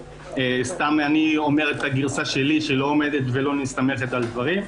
סתם אומר את הגרסה שלי שלא עומדת ולא מסתמכת על דברים.